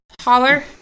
Holler